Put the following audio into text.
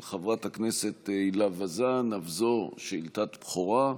של חברת הכנסת הילה וזאן, אף זו שאילתת בכורה,